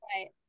Right